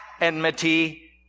enmity